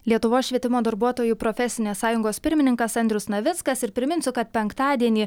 lietuvos švietimo darbuotojų profesinės sąjungos pirmininkas andrius navickas ir priminsiu kad penktadienį